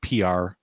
PR